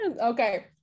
okay